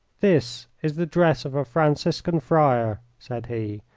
this is the dress of a franciscan friar, said he.